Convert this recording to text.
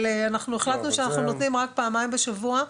אבל אנחנו החלטנו שאנחנו נותנים רק פעמיים בשבוע,